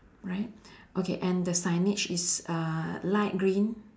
right okay and the signage is uh light green